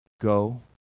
Go